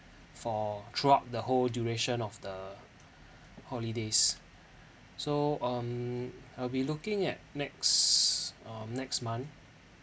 for throughout the whole duration of the holidays so um I'll be looking at next um next month